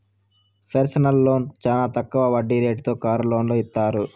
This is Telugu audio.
పెర్సనల్ లోన్ చానా తక్కువ వడ్డీ రేటుతో కారు లోన్లను ఇత్తారు